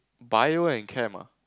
Bio and Chem ah